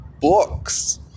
books